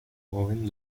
joven